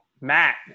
Matt